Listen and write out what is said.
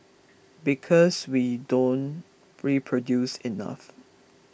because we don't reproduce enough